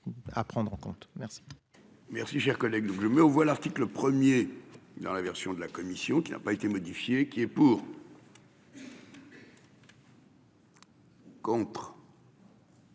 à prendre en compte. Merci.-- Merci, chers collègues, je mets aux voix l'article 1er dans la version de la commission qui n'a pas été modifiée qui est pour.--